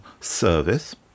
service